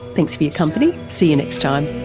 thanks for your company. see you next time